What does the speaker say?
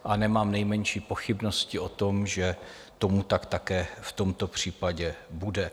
A nemám nejmenší pochybnosti o tom, že tomu tak také v tomto případě bude.